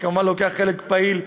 שכמובן לוקח חלק פעיל,